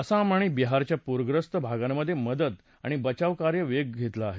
आसाम आणि बिहारच्या पूखस्त भागांमधे मदत आणि बचावकार्यानं वेग घेतला आहे